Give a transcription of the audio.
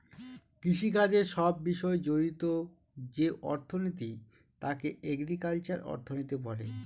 কৃষিকাজের সব বিষয় জড়িত যে অর্থনীতি তাকে এগ্রিকালচারাল অর্থনীতি বলে